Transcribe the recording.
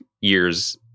years